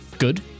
good